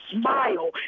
smile